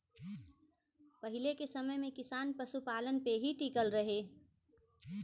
पहिले के समय में किसान पशुपालन पे ही टिकल रहे